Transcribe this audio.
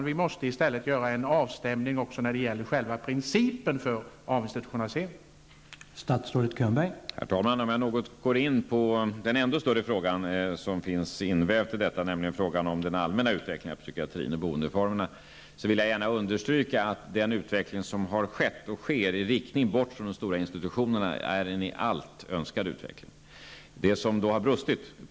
Vi måste i stället göra en avstämning också när det gäller själva principen för avinstitutionaliseringen.